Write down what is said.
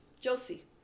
Josie